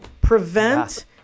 prevent